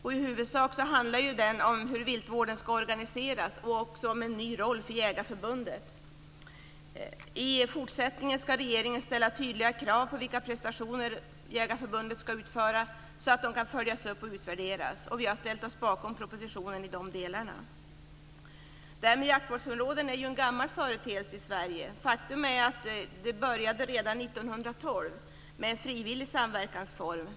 I huvudsak handlar den om hur viltvården ska organiseras och också om en ny roll för Jägareförbundet. I fortsättningen ska regeringen ställa tydliga krav på vilka prestationer Jägareförbundet ska utföra så att de kan följas upp och utvärderas. Vi har ställt oss bakom propositionen i dessa delar. Det här med jaktvårdsområden är ju en gammal företeelse i Sverige. Faktum är att det började redan 1912 med en frivillig samverkansform.